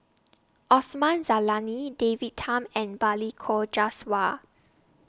Osman Zailani David Tham and Balli Kaur Jaswal